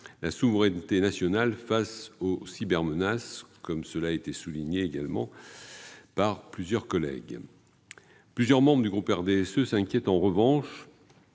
la souveraineté nationale face aux cybermenaces, comme l'ont noté plusieurs collègues. Plusieurs membres du groupe RDSE s'inquiètent en revanche